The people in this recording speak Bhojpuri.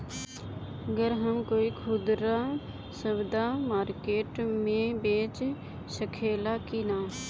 गर हम कोई खुदरा सवदा मारकेट मे बेच सखेला कि न?